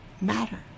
matter